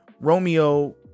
Romeo